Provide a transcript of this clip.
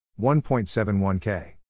1.71k